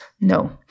No